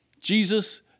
Jesus